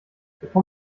bevor